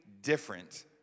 different